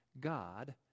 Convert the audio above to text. God